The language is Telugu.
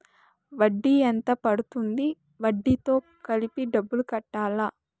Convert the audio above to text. వడ్డీ ఎంత పడ్తుంది? వడ్డీ తో కలిపి డబ్బులు కట్టాలా?